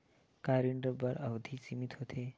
का ऋण बर अवधि सीमित होथे?